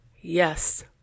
Yes